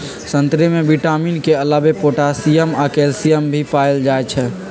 संतरे में विटामिन के अलावे पोटासियम आ कैल्सियम भी पाएल जाई छई